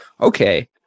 okay